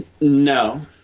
No